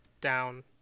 down